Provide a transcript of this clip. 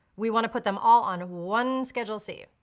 we wanna put them all on one schedule c.